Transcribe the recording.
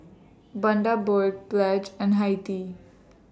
Bundaberg Pledge and Hi Tea